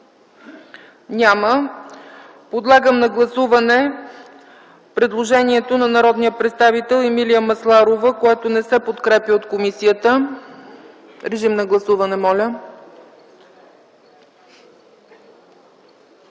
Няма. Подлагам на гласуване предложението на народния представител Емилия Масларова, което не се подкрепя от комисията. Гласували